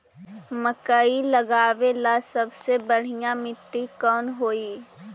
मकई लगावेला सबसे बढ़िया मिट्टी कौन हैइ?